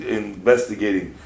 investigating